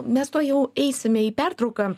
mes tuojau eisime į pertrauką